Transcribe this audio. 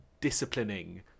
disciplining